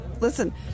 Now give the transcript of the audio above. Listen